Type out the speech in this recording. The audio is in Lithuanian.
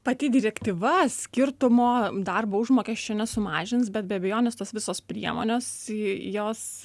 pati direktyva skirtumo darbo užmokesčio nesumažins bet be abejonės tos visos priemonės jos